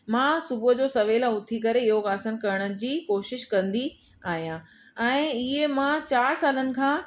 मां सुबुह जो सवेल उथी करे योग आसन करण जी कोशिशि कंदी आहियां ऐं इहे मां चारि सालनि खां